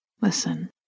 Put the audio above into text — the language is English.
Listen